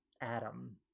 Adam